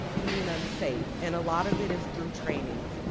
being unsafe? and a lot of it is through trainings.